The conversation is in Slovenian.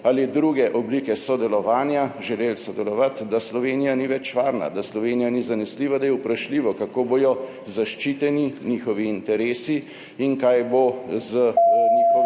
ali druge oblike sodelovanja, želeli sodelovati, da Slovenija ni več varna, da Slovenija ni zanesljiva, da je vprašljivo, kako bodo zaščiteni njihovi interesi in kaj bo z njihovimi